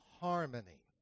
harmony